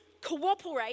cooperate